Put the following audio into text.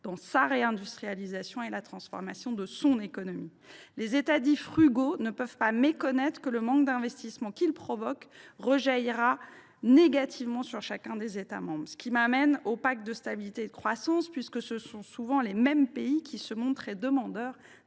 dans sa réindustrialisation et la transformation de son économie. Les États dits « frugaux » ne peuvent pas méconnaître la conséquence du manque d’investissements qu’ils provoquent, lequel rejaillira négativement sur chacun des États membres. J’en viens donc au pacte de stabilité et de croissance, puisque ce sont souvent les mêmes pays qui se montrent très demandeurs